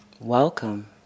Welcome